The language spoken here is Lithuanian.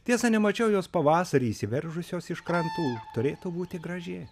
tiesa nemačiau jos pavasarį išsiveržusios iš krantų turėtų būti graži